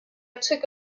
took